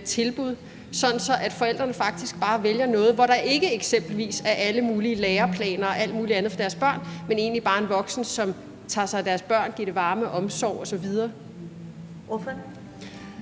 tilbud, så forældrene faktisk bare vælger noget, hvor der ikke eksempelvis er alle mulige læreplaner og alt mulig andet for deres børn, men egentlig bare en voksen, som tager sig af deres børn og giver dem varme og omsorg osv.?